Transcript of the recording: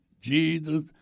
Jesus